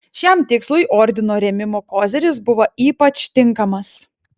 šiam tikslui ordino rėmimo koziris buvo ypač tinkamas